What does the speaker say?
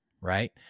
right